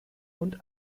und